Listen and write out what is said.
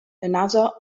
another